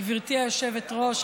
גברתי היושבת-ראש,